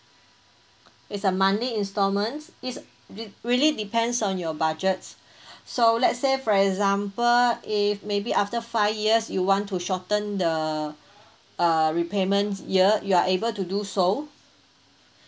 it's a monthly installment is re really depends on your budget so let's say for example if maybe after five years you want to shorten the uh repayment year you are able to do so